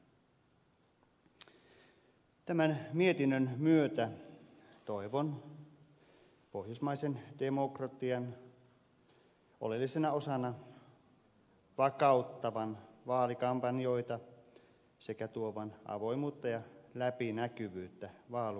tämän mietinnön myötä toivon esityksen pohjoismaisen demokratian oleellisena osana vakauttavan vaalikampanjoita sekä tuovan avoimuutta ja läpinäkyvyyttä vaalikentille